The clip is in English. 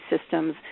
systems